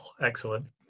excellent